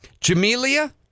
Jamelia